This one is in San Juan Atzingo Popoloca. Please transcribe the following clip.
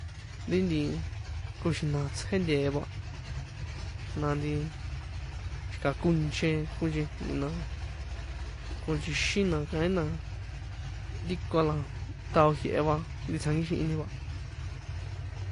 Ri nti nkoxijna̱ tsjé te̱e va, na nti, xi̱ka̱ konche, konchejni̱ na, konchi̱xi na, kaín na ri ko a la tao jie̱he va ri tsjankixihini va.